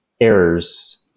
errors